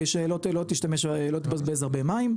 כדי לעודד אנשים לחסוך כדי שלא תבזבז הרבה מים,